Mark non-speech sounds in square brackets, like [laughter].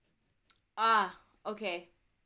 [noise] ah okay